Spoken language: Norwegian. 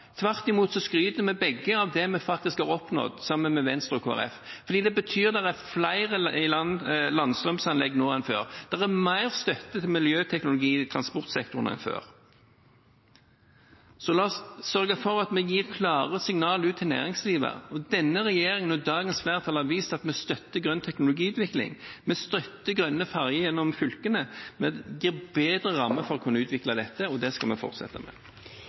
Tvert imot skryter vi begge av det vi faktisk har oppnådd sammen med Venstre og Kristelig Folkeparti, fordi det betyr at det er flere landstrømanlegg nå enn før, og det er mer støtte til miljøteknologi i transportsektoren enn før. Så la oss sørge for at vi gir klare signaler ut til næringslivet, og denne regjeringen og dagens flertall har vist at vi støtter grønn teknologiutvikling, vi støtter grønne ferjer gjennom fylkene med å gi bedre rammer for å kunne utvikle dette, og det skal vi fortsette med.